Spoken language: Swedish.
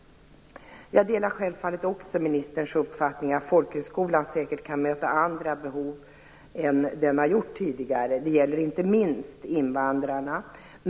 Jag delar självfallet också ministerns uppfattning att folkhögskolan säkert kan möta andra behov än vad den har gjort tidigare. Det gäller inte minst invandrarna.